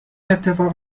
اتفاق